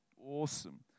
awesome